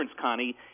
Connie